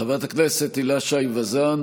חברת הכנסת הילה שי וזאן.